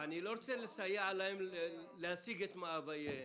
אני לא רוצה לסייע להם להשיג את מאווייהם.